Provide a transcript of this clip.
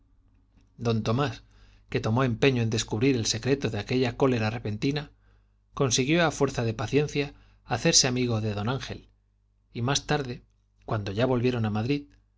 don tomás que tomó empeño en descubrir el secreto de aquella cólera repentina consiguió á fuerza de paciencia hacerse amigo de d ángel y más tarde cuando ya volvieron á madrid